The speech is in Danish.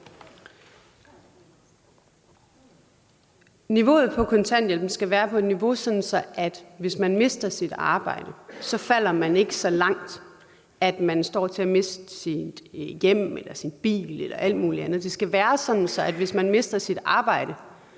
Skipper (EL): Kontanthjælpen skal være på et sådant niveau, at hvis man mister sit arbejde, falder man ikke så langt, at man står til at miste sit hjem eller sin bil eller alt muligt andet. Det skal være sådan, at hvis man mister sit arbejde,